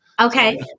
Okay